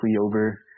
over